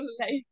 life